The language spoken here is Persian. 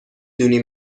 دونی